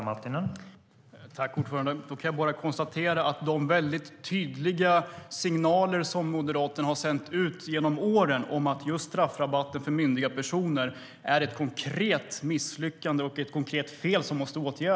Herr talman! Moderaterna har sänt tydliga signaler genom åren om att just straffrabatter för myndiga personer är ett konkret misslyckande och ett konkret fel som måste åtgärdas.